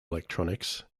electronics